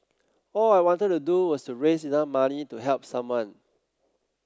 all I wanted to do was to raise enough money to help someone